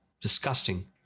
disgusting